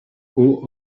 haut